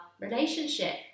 relationship